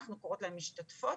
אנחנו קוראות להן משתתפות